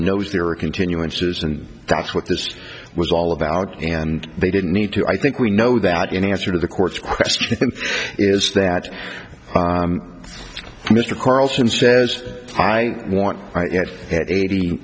knows there are continuances and that's what this was all about and they didn't need to i think we know that in answer to the court's question is that mr carlson says i want it at eighty